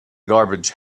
garbage